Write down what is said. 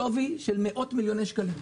שווי של מות מיליוני שקלים,